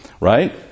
right